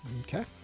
Okay